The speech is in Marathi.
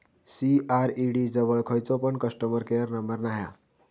सी.आर.ई.डी जवळ खयचो पण कस्टमर केयर नंबर नाय हा